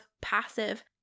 passive